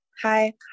Hi